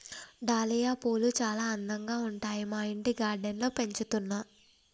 dahlia పూలు చాల అందంగా ఉంటాయి మా ఇంటి గార్డెన్ లో పెంచుతున్నా